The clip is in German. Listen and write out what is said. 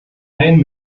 allen